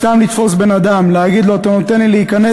סתם לתפוס בן-אדם, להגיד לו: אתה נותן לי להיכנס?